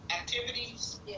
activities